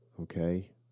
Okay